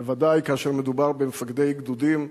בוודאי כאשר מדובר במפקדי גדודים,